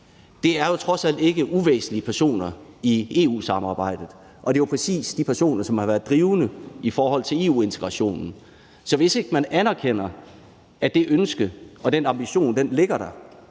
Det er jo trods alt ikke uvæsentlige personer i EU-samarbejdet, og det er jo præcis de personer, som har været drivkraft i forhold til EU-integrationen. Så hvis ikke man anerkender, at det ønske og den ambition ligger der,